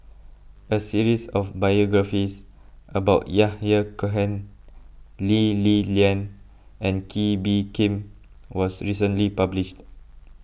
a series of biographies about Yahya Cohen Lee Li Lian and Kee Bee Khim was recently published